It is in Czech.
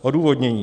Odůvodnění.